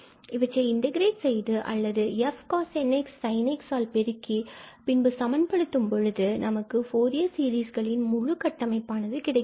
இவற்றை இன்டகிரேட் செய்து அல்லது f cosnx or sinnxஆல் பெருக்கினால் பின்பு சமப்படுத்தும் பொழுது மீண்டுமாக நமக்கு ஃபூரியர் சீரிஸ்களின் முழு கட்டமைப்பானது கிடைக்கிறது